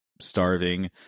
starving